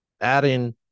adding